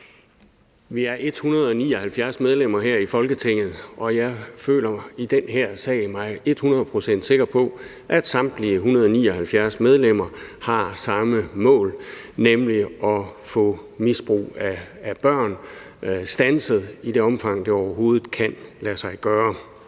Vi er 179 medlemmer her i Folketinget, og jeg føler mig i den her sag hundrede procent sikker på, at samtlige 179 medlemmer har samme mål, nemlig at få misbrug af børn standset i det omfang, det overhovedet kan lade sig gøre.